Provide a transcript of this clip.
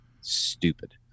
stupid